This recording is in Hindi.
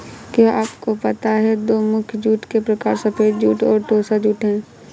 क्या आपको पता है दो मुख्य जूट के प्रकार सफ़ेद जूट और टोसा जूट है